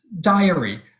diary